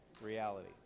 reality